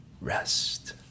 rest